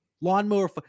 Lawnmower